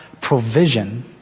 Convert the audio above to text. provision